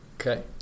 Okay